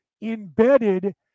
embedded